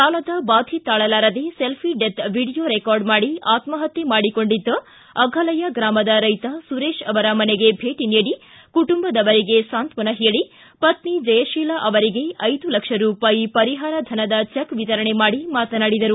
ಸಾಲದ ಬಾಧೆ ತಾಳಲಾರದೆ ಸೆಲ್ಫಿ ಡೆತ್ ವಿಡಿಯೋ ರೆಕಾರ್ಡ್ ಮಾಡಿ ಆಕ್ಮಪತ್ತೆ ಮಾಡಿಕೊಂಡಿದ್ದ ಆಫಲಯ ಗ್ರಾಮದ ರೈತ ಸುರೇಶ್ ಅವರ ಮನೆಗೆ ಭೇಟಿ ನೀಡಿ ಕುಟುಂಬದವರಿಗೆ ಸಾಂತ್ವನ ಹೇಳಿ ಪತ್ನಿ ಜಯಶೀಲ ಅವರಿಗೆ ಐದು ಲಕ್ಷ ರೂ ಪರಿಹಾರ ಧನದ ಚೆಕ್ ವಿತರಣೆ ಮಾಡಿ ಮಾತನಾಡಿದರು